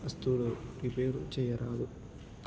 వస్తువులు రిపేరు చేయరాదు